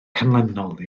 canlynol